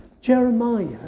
Jeremiah